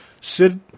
Sid